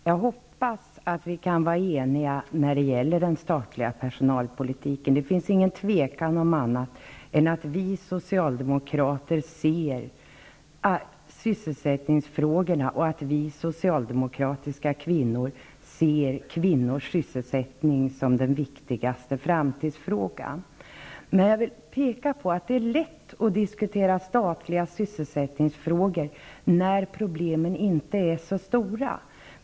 Herr talman! Jag hoppas att vi kan vara eniga när det gäller den statliga per sonalpolitiken. Det är inget tvivel om att vi socialdemokrater ser sysselsätt ningsfrågorna och att vi socialdemokratiska kvinnor ser kvinnors sysselsätt ning som den viktigaste framtidsfrågan. Jag vill peka på att det är lätt att diskutera statliga sysselsättningsfrågor när problemen inte är så stora.